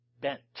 bent